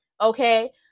okay